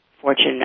Fortune